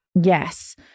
Yes